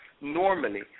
normally